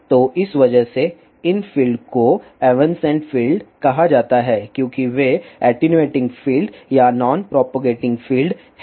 तो इस वजह से इन फील्ड को एवन्सेन्ट फील्ड कहा जाता है क्योंकि वे एटीन्यूएटिंग फील्ड या नॉन प्रोपगेटिंग फील्ड हैं